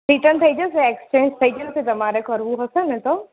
return થઈ જશે exchange થઈ જશે તમારે કરવું હશે ને તો